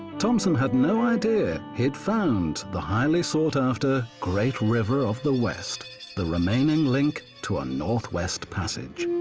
thompson had no idea he'd found the highly sought after great river of the west the remaining link to a northwest passage.